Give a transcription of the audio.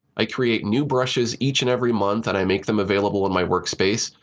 i create new brushes each and every month, and i make them available on my workspace.